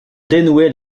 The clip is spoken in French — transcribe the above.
dénouait